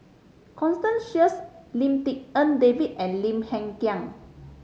Constance Sheares Lim Tik En David and Lim Hng Kiang